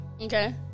Okay